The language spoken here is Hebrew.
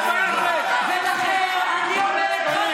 לכן אני אומרת חד